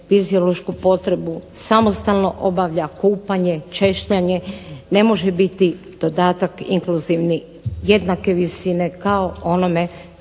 fiziološku potrebu, samostalno obavlja kupanje, češljanje ne može biti dodatak inkluzivni jednake visine kao onome